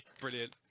Brilliant